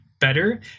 better